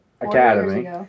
academy